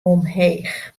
omheech